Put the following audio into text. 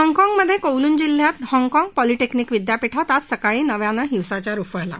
हाँगकॉगमधे Kowloon जिल्ह्यात हाँगकाँग polytechnic विद्यापीठात आज सकाळी नव्यानं हिंसाचार उफाळला